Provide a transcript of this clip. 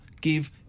give